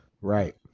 right